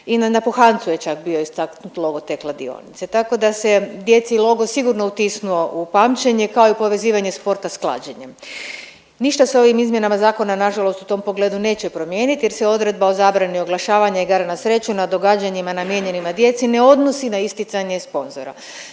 i na napuhancu je čak bio istaknut logo te kladionice, tako da se je djeci logo sigurno utisnuo u pamćenje, kao i povezivanje sporta s klađenjem. Ništa se ovim izmjenama zakona nažalost u tom pogledu neće promijeniti jer se odredba o zabrani oglašavanja igara na sreću na događanjima namijenjenima djeci ne odnosi na isticanje sponzora.